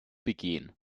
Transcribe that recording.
begehen